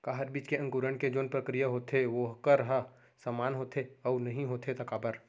का हर बीज के अंकुरण के जोन प्रक्रिया होथे वोकर ह समान होथे, अऊ नहीं होथे ता काबर?